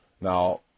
now